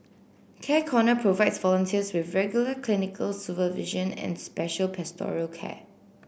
Care Corner provides volunteers with regular clinical supervision and special pastoral care